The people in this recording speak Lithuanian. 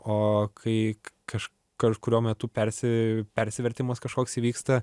o kai kaž kažkuriuo metu persi persivertimas kažkoks įvyksta